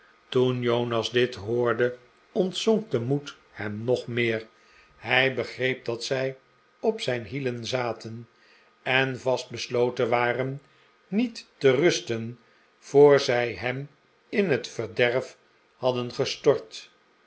toen jonas dit hoorde ontzonk de moed hem nog meer hij begreep dat zij op zijn hielen zaten en vast besloten waren niet te rusten voor zij hem in het verderf hadden gestort